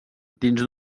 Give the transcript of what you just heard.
dins